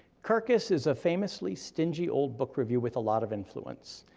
kirkus is a famously stingy old book review with a lot of influence.